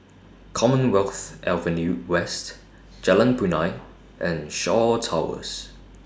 Commonwealth Avenue West Jalan Punai and Shaw Towers